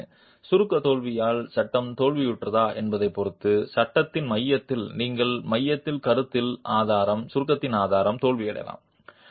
எனவே சுருக்க தோல்வியால் சட்டம் தோல்வியுற்றதா என்பதைப் பொறுத்து சட்டத்தின் மையத்தில் நீங்கள் மையத்தில் சுருக்கத்தில் ஆதாரம் தோல்வியடையலாம்